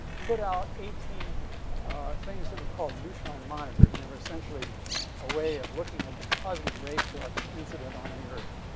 put out eighteen things that were called neutron monitors. and they were essentially a way of looking at the cosmic ray flux incident on the earth.